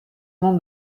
nom